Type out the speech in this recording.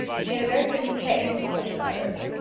she had a very pretty taste in such matters,